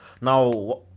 Now